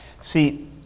See